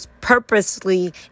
purposely